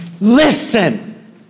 listen